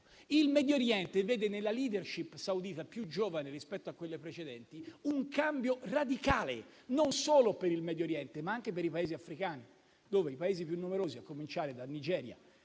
Il Medio Oriente vede nella *leadership* saudita più giovane rispetto a quelle precedenti un cambio radicale, non solo per il Medio Oriente, ma anche per i Paesi africani, dove i Paesi più popolosi, a cominciare da Nigeria,